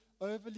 overly